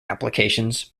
applications